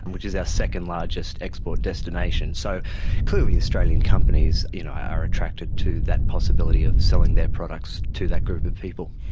which is our second largest export destination. so clearly australian companies you know are attracted to that possibility of selling their products to that group of people.